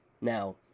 Now